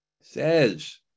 Says